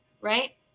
right